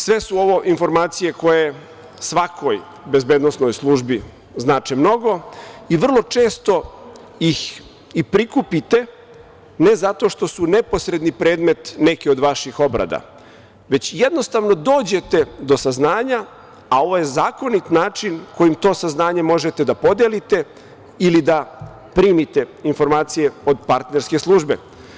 Sve su ovo informacije koje svakoj bezbednosnoj službi znače mnogo i vrlo često ih i prikupite, ne zato što su neposredni predmet nekih od vaših obrada, već jednostavno dođete do saznanja, a ovo je zakonit način kojim to saznanje možete da podelite ili da primite informacije od partnerske službe.